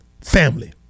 family